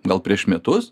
gal prieš metus